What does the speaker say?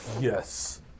yes